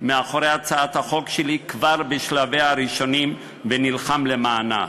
מאחורי הצעת החוק שלי כבר בשלביה הראשונים ונלחם למענה.